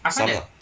some ah